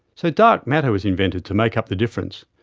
so dark matter was invented to make up the difference.